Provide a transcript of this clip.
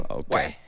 okay